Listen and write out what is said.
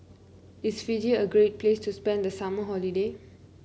is Fiji a great place to spend the summer holiday